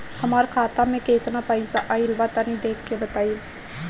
हमार खाता मे केतना पईसा आइल बा तनि देख के बतईब?